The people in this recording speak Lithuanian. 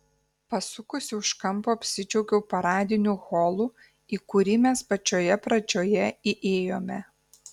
pasukusi už kampo apsidžiaugiau paradiniu holu į kurį mes pačioje pradžioje įėjome